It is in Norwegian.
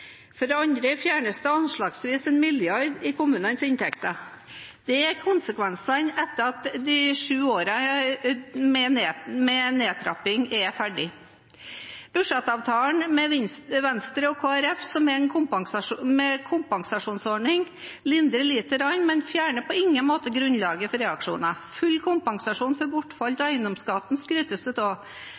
For det andre fjernes det anslagsvis 1 mrd. kr av kommunenes inntekter. Det er konsekvensen etter at de sju årene med nedtrapping er ferdig. Budsjettavtalen med Venstre og Kristelig Folkeparti om en kompensasjonsordning lindrer litt, men fjerner på ingen måte grunnlaget for reaksjoner. Full kompensasjon for bortfall av eiendomsskatten skrytes det av,